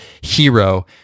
hero